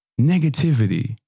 Negativity